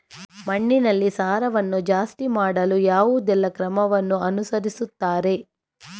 ಮಣ್ಣಿನಲ್ಲಿ ಸಾರವನ್ನು ಜಾಸ್ತಿ ಮಾಡಲು ಯಾವುದೆಲ್ಲ ಕ್ರಮವನ್ನು ಅನುಸರಿಸುತ್ತಾರೆ